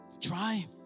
Try